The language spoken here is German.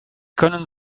können